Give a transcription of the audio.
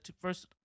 first